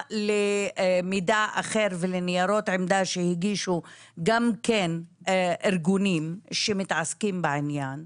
בהשוואה למידע אחר ולניירות עמדה שהגישו גם כן ארגונים שמתעסקים בעניין,